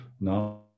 now